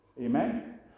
Amen